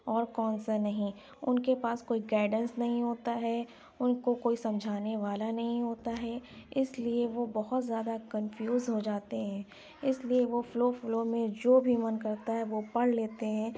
اور کون سا نہیں اُن کے پاس کوئی گائیڈینس نہیں ہوتا ہے اُن کو کوئی سمجھانے والا نہیں ہوتا ہے اِس لیے وہ بہت زیادہ کنفیوژ ہو جاتے ہیں اِس لیے وہ فلو فلو میں جو بھی من کرتا ہے وہ پڑھ لیتے ہیں